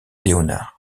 léonard